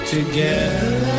Together